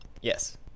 yes